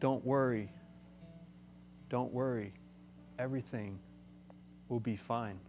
don't worry don't worry everything will be fine